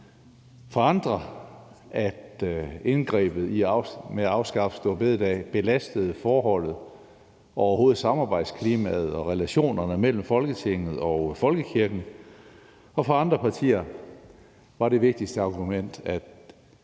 er det, at indgrebet med at afskaffe store bededag har belastet forholdet og overhovedet samarbejdsklimaet og relationerne mellem Folketinget og folkekirken, og for andre partier var det vigtigste argument, at